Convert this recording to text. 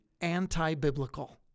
anti-biblical